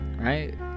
right